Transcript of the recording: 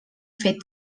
fet